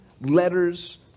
letters